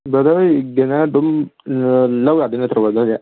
brother ꯍꯣꯏ ꯒꯦꯟꯅꯔ ꯑꯗꯨꯝ ꯂꯧ ꯌꯥꯗꯣꯏ ꯅꯠꯇ꯭ꯔꯣ ꯕ꯭ꯔꯗꯔꯁꯦ